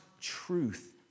truth